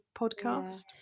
podcast